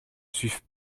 suive